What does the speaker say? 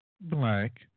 black